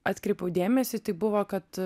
atkreipiau dėmesį tai buvo kad